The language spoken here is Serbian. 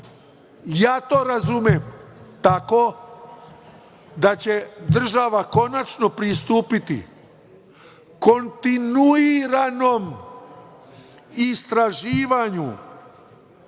to razumem tako da će država konačno pristupiti kontinuiranom istraživanju